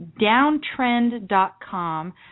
downtrend.com